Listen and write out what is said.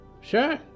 Sure